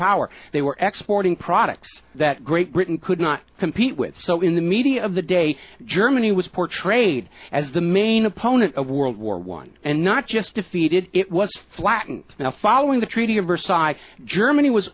power they were exporting products that great britain could not compete with so in the media of the day germany was portrayed as the main opponent of world war one and not just defeated it was flattened now following the treaty of versailles germany was